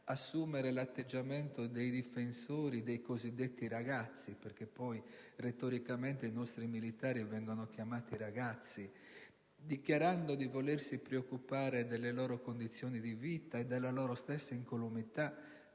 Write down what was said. assumere l'atteggiamento dei difensori dei cosiddetti così - retoricamente i nostri militari vengono definiti ragazzi - dichiarando di volersi preoccupare delle loro condizioni di vita e della loro stessa incolumità,